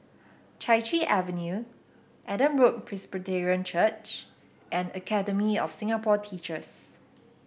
Chai Chee Avenue Adam Road Presbyterian Church and Academy of Singapore Teachers